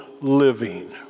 living